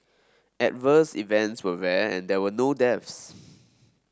adverse events were rare and there were no deaths